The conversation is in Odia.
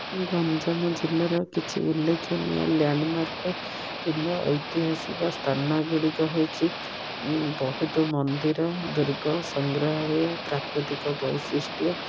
ଗଞ୍ଜାମ ଜିଲ୍ଲାର କିଛି ଉଲ୍ଲେଖନୀୟ ଲ୍ୟାଣ୍ଡ୍ମାର୍କ୍ କିମ୍ବା ଐତିହାସିକ ସ୍ଥାନଗୁଡ଼ିକ ହେଉଛି ବହୁତ ମନ୍ଦିର ଦୁର୍ଗ ସଂଗ୍ରହାଳୟ ପ୍ରାକୃତିକ ବୈଶିଷ୍ଟ୍ୟ